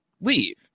leave